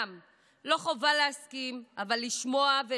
לא חובה להסכים, אבל לשמוע ולהקשיב